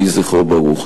יהי זכרו ברוך.